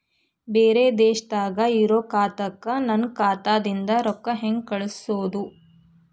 ಬ್ಯಾರೆ ದೇಶದಾಗ ಇರೋ ಖಾತಾಕ್ಕ ನನ್ನ ಖಾತಾದಿಂದ ರೊಕ್ಕ ಹೆಂಗ್ ಕಳಸೋದು?